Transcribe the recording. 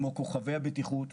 כמו כוכבי הבטיחות,